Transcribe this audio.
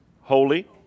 holy